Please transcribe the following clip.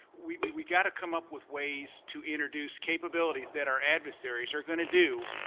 we we gotta come up with ways to introduce capabilities that our adversaries are going to do,